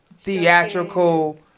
theatrical